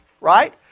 right